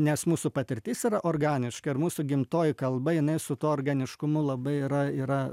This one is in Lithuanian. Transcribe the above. nes mūsų patirtis yra organiška ir mūsų gimtoji kalba jinai su tuo organiškumu labai yra yra